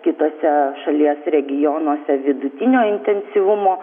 kituose šalies regionuose vidutinio intensyvumo